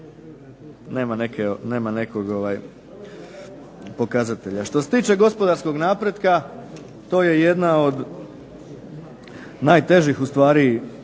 nema nekog pokazatelja. Što se tiče gospodarskog napretka to je jedna od najtežih zadaća za